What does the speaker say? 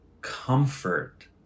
comfort